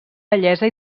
bellesa